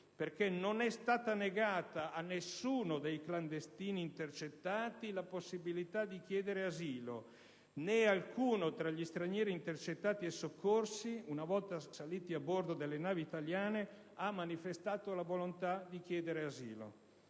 perché non è stata negata a nessuno dei clandestini intercettati la possibilità di chiedere asilo. Né alcuno degli stranieri intercettati e soccorsi, una volta saliti a bordo delle navi italiane, ha manifestato la volontà di chiedere asilo.